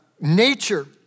nature